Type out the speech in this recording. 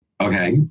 Okay